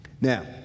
Now